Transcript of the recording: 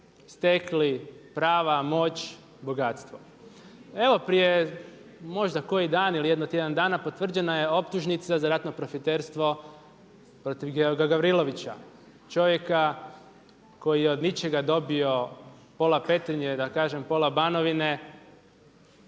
stekli prava, moć, bogatstvo. Evo prije možda koji dan ili jedno tjedan dana potvrđena je optužnica za ratno profiterstvo protiv Georga Gavrilovića čovjeka koji je od ničega dobio pola Petrinje, da kažem pola Banovine,